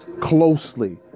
closely